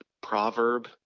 proverb